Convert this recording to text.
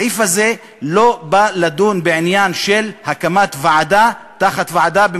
הסעיף הזה לא בא לדון בעניין של הקמת ועדה תחת ועדה,